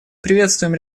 приветствуем